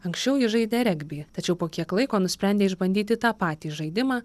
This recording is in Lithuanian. anksčiau ji žaidė regbį tačiau po kiek laiko nusprendė išbandyti tą patį žaidimą